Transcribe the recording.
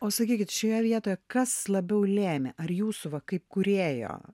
o sakykit šioje vietoje kas labiau lėmė ar jūsų va kaip kūrėjo